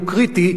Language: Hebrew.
הוא קריטי,